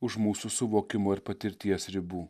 už mūsų suvokimo ir patirties ribų